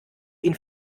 ihn